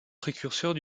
précurseurs